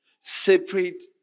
Separate